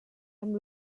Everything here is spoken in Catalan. amb